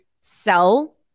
sell